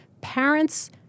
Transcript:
parents